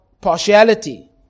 partiality